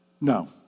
No